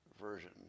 version